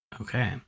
Okay